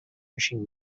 pushing